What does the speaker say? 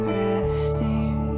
resting